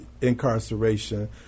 incarceration